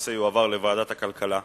שהנושא יועבר לוועדת הכלכלה,